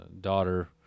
daughter